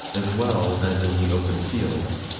as well as in the open fields.